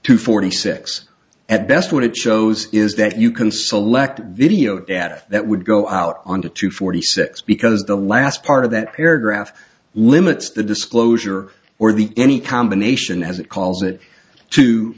it shows is that you can select video data that would go out on the two forty six because the last part of that paragraph limits the disclosure or the any combination as it calls it to